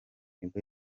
nibwo